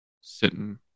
sitting